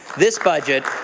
this budget